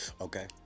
Okay